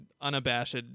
unabashed